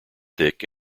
thick